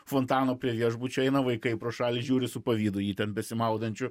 fontano prie viešbučio eina vaikai pro šalį žiūri su pavydu į jį ten besimaudančiu